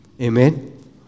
Amen